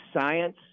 science